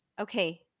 okay